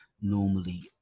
normally